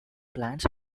plants